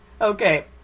Okay